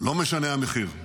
לא משנה המחיר,